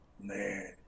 Man